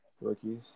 Rookies